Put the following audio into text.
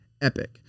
Epic